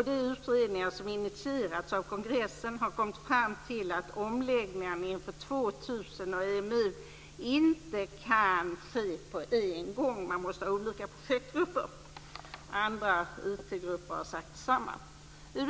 I de utredningar som initierats av kongressen har man kommit fram till att omläggningarna inför år 2000 och EMU inte kan ske på en gång. Det är nödvändigt med olika projektgrupper. Andra IT-grupper har sagt samma sak.